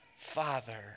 Father